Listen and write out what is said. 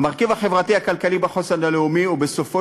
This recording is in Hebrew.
המרכיב החברתי-כלכלי בחוסן הלאומי הוא בסופו